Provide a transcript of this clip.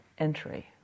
entry